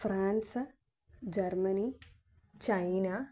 France Germany China